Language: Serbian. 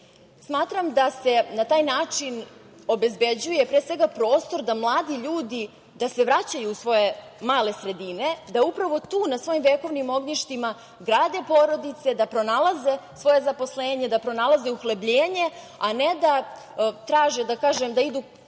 Smatram da se na taj način obezbeđuje, pre svega, prostor da mladi ljudi, da se vraćaju u svoje male sredine, da upravo tu na svojim vekovnim ognjištima grade porodice, da pronalaze svoje zaposlenje, da pronalaze uhlebljenje, a ne da traže, da kažem, da